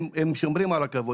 הם שומרים על הכבוד.